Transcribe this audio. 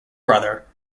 brother